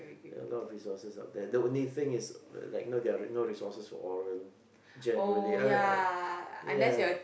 a lot of resources out there the only thing is like there no resources for oral generally I mean I ya